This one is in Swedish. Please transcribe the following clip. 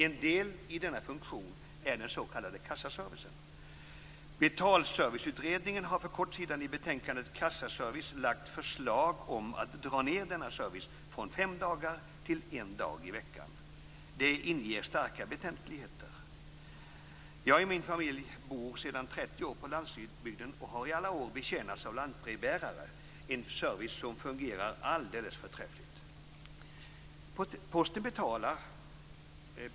En del i denna funktion är den s.k. kassaservicen. Betalserviceutredningen har för kort tid sedan i betänkandet Kassaservice lagt fram förslag om att dra ned denna service från fem dagar till en dag i veckan. Det inger starka betänkligheter. Jag och min familj bor sedan 30 år på landsbygden och har i alla år betjänats av lantbrevbärare - en service som fungerar alldeles förträffligt.